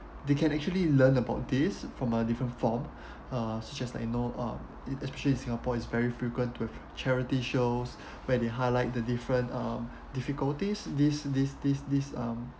they can actually learn about this from a different form uh just like you know uh it actually singapore is very frequent with charity shows where the highlight the different uh difficulties this this this this um